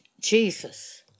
Jesus